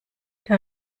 der